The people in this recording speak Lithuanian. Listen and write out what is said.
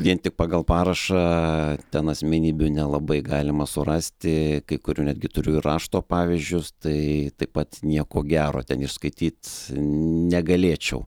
vien tik pagal parašą ten asmenybių nelabai galima surasti kai kurių netgi turiu ir rašto pavyzdžius tai taip pat nieko gero ten išskaityt negalėčiau